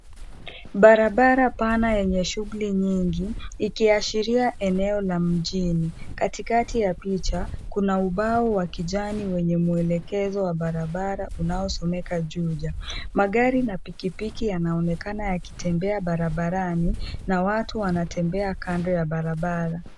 Barabara pana yenye shughuli nyingi ikiashiria eneo la mjini. Katikati ya picha kuna ubao wa kijani wenye mwelekezo wa barabara unaosomeka Juja. Magari na pikipiki yanaonekana yakitembea barabarani na watu wanatembea kando ya barabara.